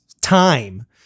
time